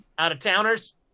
Out-of-towners